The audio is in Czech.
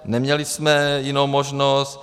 Neměli jsme jinou možnost.